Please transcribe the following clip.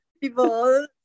people